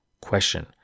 Question